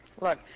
Look